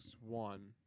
One